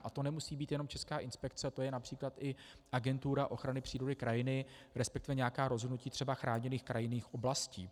A to nemusí být jenom Česká inspekce, to je např. i Agentura ochrany přírody a krajiny, resp. nějaká rozhodnutí třeba chráněných krajinných oblastí.